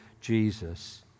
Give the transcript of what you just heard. Jesus